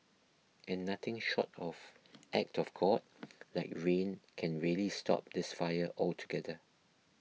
and nothing short of act of God like rain can really stop this fire altogether